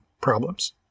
problems